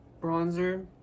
bronzer